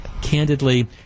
Candidly